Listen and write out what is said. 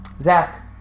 zach